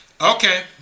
Okay